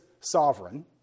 sovereign